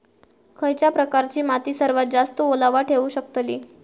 खयच्या प्रकारची माती सर्वात जास्त ओलावा ठेवू शकतली?